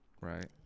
right